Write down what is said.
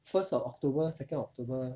first of october second october